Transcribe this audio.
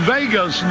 Vegas